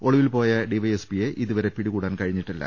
ഒളിവിൽ പോയ ഡിവൈഎസ്പിയെ ഇതുവരെ പിടികൂടാൻ കഴിഞ്ഞിട്ടില്ല